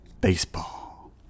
Baseball